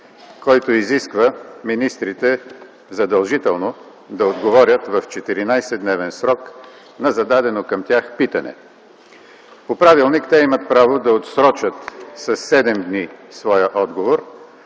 който изисква министрите задължително да отговорят в 14-дневен срок на зададено към тях питане. По правилник те имат право да отсрочат със седем дни своя отговор,